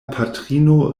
patrino